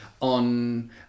on